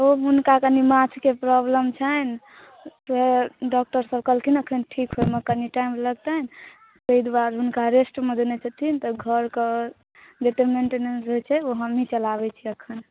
हुनका कनी माथक प्रॉब्लम छनि तऽ डॉक्टरसभ कहलखिन हँ अखन ठीक होएमे कनी टाइम लगतनि तैं दुआरे हुनका रेस्टमे देनाए छथिन तऽ घरके जतऽ मेंटेनेंस होए छै ओ हमही चलाबए छिऐ अखन